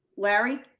larry.